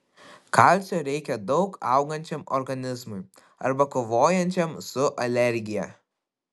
kalcio reikia daug augančiam organizmui arba kovojančiam su alergija